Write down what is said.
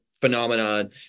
phenomenon